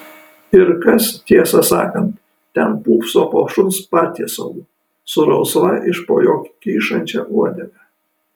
ir kas tiesą sakant ten pūpso po šuns patiesalu su rusva iš po jo kyšančia uodega